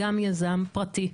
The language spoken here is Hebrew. גם יזם פרטי.